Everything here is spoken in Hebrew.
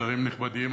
שרים נכבדים,